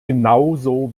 genauso